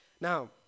Now